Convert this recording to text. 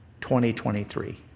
2023